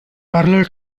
parallel